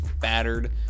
battered